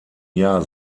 jahr